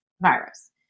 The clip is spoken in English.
virus